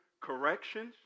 corrections